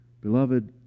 Beloved